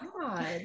God